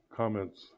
comments